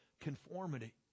conformity